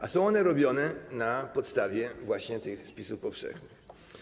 A są one robione na podstawie właśnie tych spisów powszechnych.